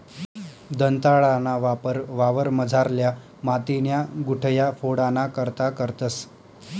दंताळाना वापर वावरमझारल्या मातीन्या गुठया फोडाना करता करतंस